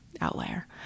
outlier